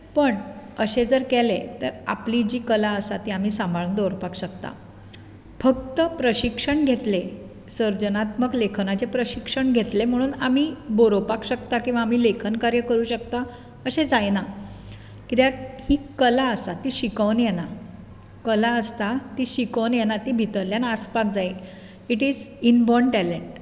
पण अशें जर केलें तर आपली जी कला आसता ती आमी सांबाळून दवरपाक शकतात फकत प्रशिक्षण घेतलें सृजनात्मक लेखनाचें प्रशिक्षण घेतले म्हणून आमी बरोवपाक शकता किंवा आमी लेखन कार्य करूंक शकता अशें जायना कित्याक ती कला आसता ती शिकोवन येना कला आसता ती शिकोवन येना ती भितरल्यान आसपाक जाय it is inborn talent